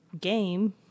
game